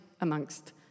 amongst